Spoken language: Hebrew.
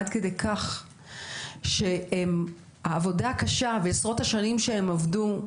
עד כדי כך שהעבודה הקשה ועשרות השנים שהם עבדו,